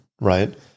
right